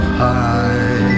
high